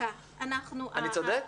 אני צודק?